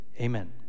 Amen